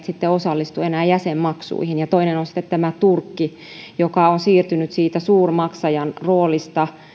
sitten osallistu enää jäsenmaksuihin toinen on sitten turkki joka on siirtynyt siitä suurmaksajan roolista